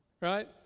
Right